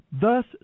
thus